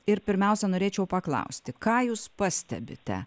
ir pirmiausia norėčiau paklausti ką jūs pastebite